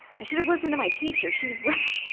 i should have listened to my teacher. she was right.